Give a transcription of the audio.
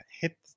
hit